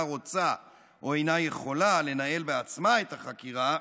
רוצה או אינה יכולה לנהל בעצמה את החקירה,